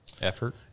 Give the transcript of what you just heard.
effort